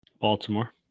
Baltimore